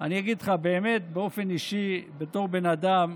אני אגיד לך, באמת באופן אישי, בתור בן אדם,